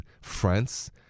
France